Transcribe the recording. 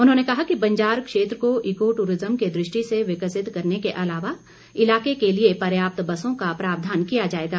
उन्होंने कहा कि बंजार क्षेत्र को ईको टूरिज्म की दृष्टि से विकसित करने के अलावा इलाके के लिए पर्याप्त बसों का प्रावधान किया जाएगा